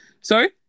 Sorry